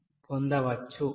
5670 గా పొందవచ్చు